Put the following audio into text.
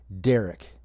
Derek